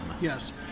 Yes